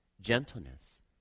gentleness